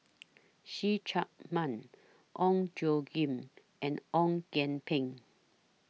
See Chak Mun Ong Tjoe Kim and Ong Kian Peng